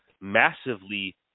massively